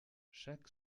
chaque